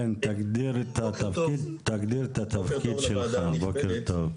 תגדיר את התפקיד שלך, בוקר טוב.